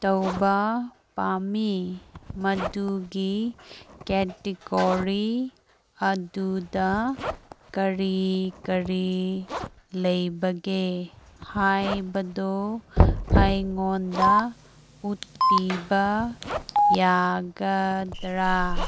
ꯇꯧꯕ ꯄꯥꯝꯃꯤ ꯃꯗꯨꯒꯤ ꯀꯦꯇꯤꯒꯣꯔꯤ ꯑꯗꯨꯗ ꯀꯔꯤ ꯀꯔꯤ ꯂꯩꯕꯒꯦ ꯍꯥꯏꯕꯗꯣ ꯑꯩꯉꯣꯟꯗ ꯎꯠꯄꯤꯕ ꯌꯥꯒꯗ꯭ꯔ